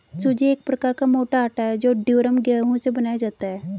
सूजी एक प्रकार का मोटा आटा है जो ड्यूरम गेहूं से बनाया जाता है